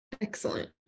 Excellent